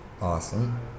Awesome